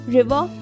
River